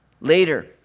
Later